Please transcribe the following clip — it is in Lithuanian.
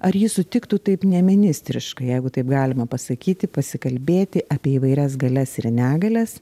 ar ji sutiktų taip neministriškai jeigu taip galima pasakyti pasikalbėti apie įvairias galias ir negalias